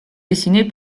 dessinée